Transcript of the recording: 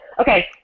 Okay